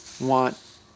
want